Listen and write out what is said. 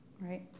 right